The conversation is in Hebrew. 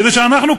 כדי שאנחנו,